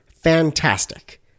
fantastic